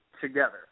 together